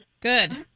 Good